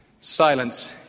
Silence